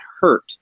hurt